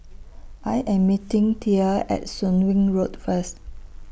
I Am meeting Thea At Soon Wing Road First